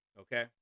Okay